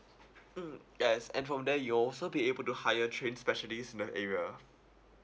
mm yes and from there you'll also be able to hire trained specialist in the area